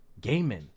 gaming